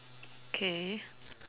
K